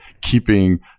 keeping